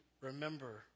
remember